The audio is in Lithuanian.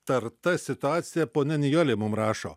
tarta situaciją ponia nijolė mum rašo